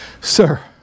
Sir